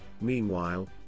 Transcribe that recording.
meanwhile